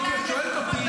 לא כי את שואלת אותי,